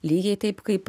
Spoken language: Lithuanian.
lygiai taip kaip